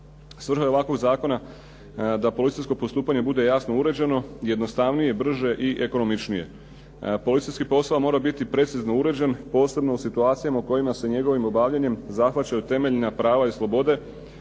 Svrha je ovakvog zakona da policijsko postupanje bude jasno uređeno, jednostavnije, brže i ekonomičnije. Policijski posao mora biti precizno uređen posebno u situacijama u kojima se njegovim obavljanjem zahvaćaju temeljna prava i slobode.